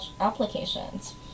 applications